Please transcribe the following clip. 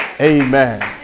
Amen